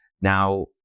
now